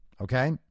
okay